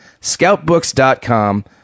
scoutbooks.com